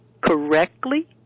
correctly